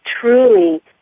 truly